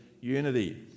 unity